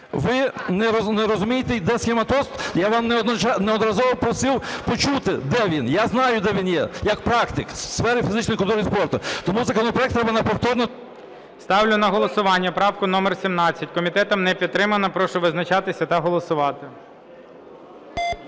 Ви не розумієте, де "схематоз"? Я вас неодноразово просив почути, де він. Я знаю, де він є як практик у сфері фізичної культури і спорту. Тому законопроект треба на повторне…. ГОЛОВУЮЧИЙ. Ставлю на голосування правку номер 17. Комітетом не підтримана. Прошу визначатися та голосувати.